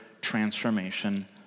transformation